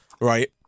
right